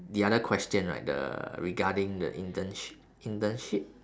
the other question like the regarding the internship internship